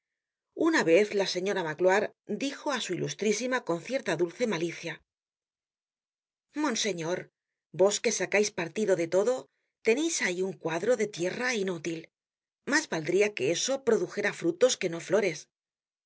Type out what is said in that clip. una vez la señora magloire dijo á su ilustrísima con cierta dulce malicia monseñor vos que sacais partido de todo teneis ahí un cuadro de tierra inútil mas valdria que eso produjera frutos que no flores